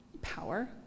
power